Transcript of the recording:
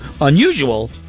Unusual